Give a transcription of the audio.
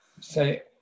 Say